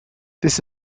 this